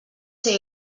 ser